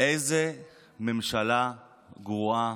איזו ממשלה גרועה